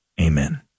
Amen